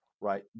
Right